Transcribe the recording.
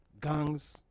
Gangs